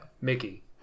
Mickey